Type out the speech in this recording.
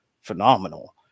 phenomenal